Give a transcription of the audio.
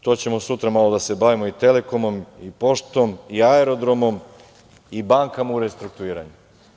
To ćemo sutra malo da se bavimo i "Telekomom" i Poštom i Aerodromom i bankama u restrukturiranju.